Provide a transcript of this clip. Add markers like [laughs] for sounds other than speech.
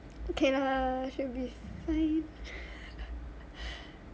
okay lah should be safe [breath] [laughs]